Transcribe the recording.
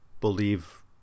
believe